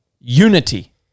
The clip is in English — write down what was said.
unity